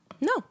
No